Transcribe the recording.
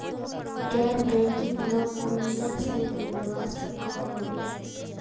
गैर banking loan कुनियाँ से मिलवा सकोहो होबे?